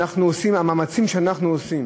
המאמצים שאנחנו עושים